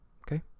Okay